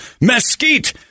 mesquite